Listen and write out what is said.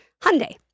Hyundai